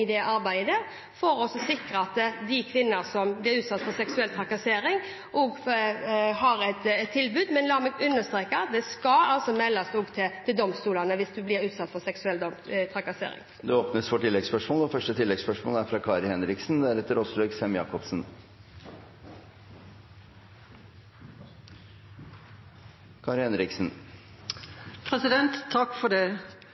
det arbeidet, for å sikre at de kvinnene som blir utsatt for seksuell trakassering, har et tilbud. Men la meg understreke at det også skal meldes til domstolene hvis man blir utsatt for seksuell trakassering. Det blir oppfølgingsspørsmål – først Kari Henriksen. Norge har gått fra